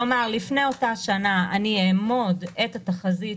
כלומר לפני אותה שנה אאמוד את התחזית